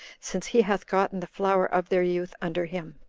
since he hath gotten the flower of their youth under him.